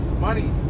money